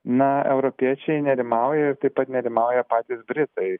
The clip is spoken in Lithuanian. na europiečiai nerimauja taip pat nerimauja patys britai